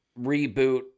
reboot